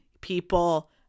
people